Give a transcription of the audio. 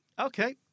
Okay